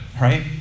right